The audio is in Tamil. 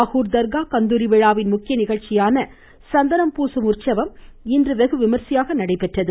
நாகூர் தர்கா கந்தூரி விழாவின் முக்கிய நிகழ்ச்சியான சந்தனம் பூசும் உற்சவம் இன்று வெகுவிமர்சையாக நடைபெற்றது